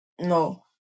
no